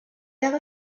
jahre